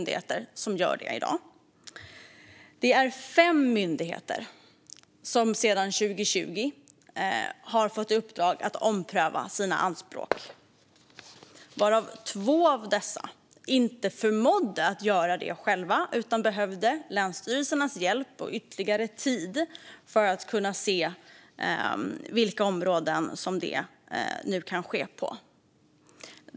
Det är fem myndigheter som sedan 2020 har fått i uppdrag att ompröva sina anspråk. Två av dessa förmådde inte göra detta själva utan behövde länsstyrelsernas hjälp och ytterligare tid för att kunna se vilka områden där detta nu kan ske.